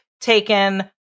taken